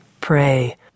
pray